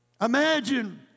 Imagine